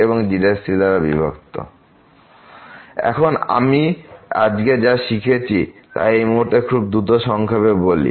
এবং এখন আমি আজকে যা শিখেছি তা এই মুহুর্তে খুব দ্রুত সংক্ষেপে বলি